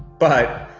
but